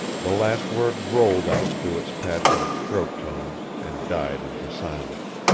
the last word rolled out through its passionate throat tones and died into silence.